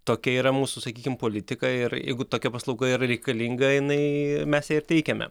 tokia yra mūsų sakykim politika ir jeigu tokia paslauga yra reikalinga jinai mes ją ir teikiame